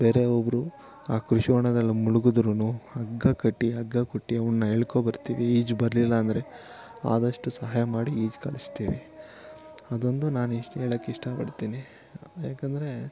ಬೇರೆ ಒಬ್ಬರು ಆ ಕೃಷಿ ಹೊಂಡದಲ್ಲಿ ಮುಳುಗಿದ್ರೂ ಹಗ್ಗ ಕಟ್ಟಿ ಹಗ್ಗ ಕೊಟ್ಟಿ ಅವನ್ನ ಎಳ್ಕೊ ಬರ್ತೀವಿ ಈಜು ಬರಲಿಲ್ಲ ಅಂದರೆ ಆದಷ್ಟು ಸಹಾಯ ಮಾಡಿ ಈಜು ಕಲಿಸ್ತೀವಿ ಅದೊಂದು ನಾನು ಇಷ್ಟು ಹೇಳೋಕೆ ಇಷ್ಟಪಡ್ತೀನಿ ಏಕೆಂದ್ರೆ